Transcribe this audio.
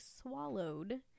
swallowed